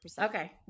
Okay